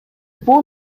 бул